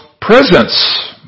presence